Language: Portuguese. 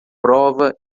prova